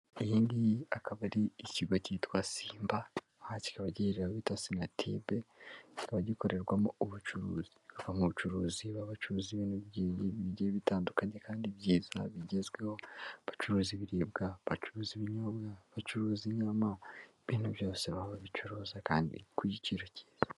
Iyi ngiyi akaba ari ikigo cyitwa simba ahakira abagi bita senatubeba gikorerwamo ubucuruzi mu bucuruzi baba'abacuruza' by bijyi bitandukanye kandi byiza bigezweho bacuruza ibiribwa bacuruza ibinyobwa bacuruza inyama ibintu byose baba babicuruza kandi ku giciro cyiza.